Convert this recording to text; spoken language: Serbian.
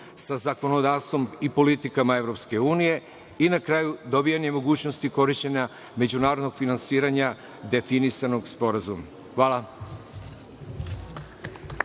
sa zakonodavstvom i politikama EU i na kraju dobijani mogućnosti korišćenja međunarodnog finansiranja definisanog sporazuma. Hvala.